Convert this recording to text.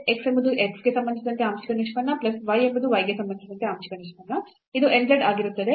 x ಎಂಬುದು x ಗೆ ಸಂಬಂಧಿಸಿದಂತೆ ಆಂಶಿಕ ನಿಷ್ಪನ್ನ ಪ್ಲಸ್ y ಎಂಬುದು y ಗೆ ಸಂಬಂಧಿಸಿದಂತೆ ಆಂಶಿಕ ನಿಷ್ಪನ್ನ ಇದು n z ಆಗಿರುತ್ತದೆ